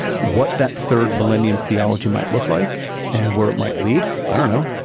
what that third millennium theology might look like and where it might lead, i don't know.